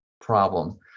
problem